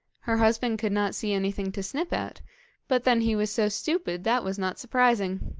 her husband could not see anything to snip at but then he was so stupid that was not surprising!